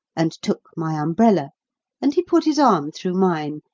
and took my umbrella and he put his arm through mine,